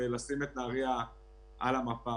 ולשים את נהריה על המפה.